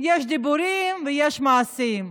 יש דיבורים ויש מעשים.